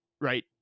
right